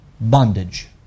bondage